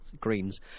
greens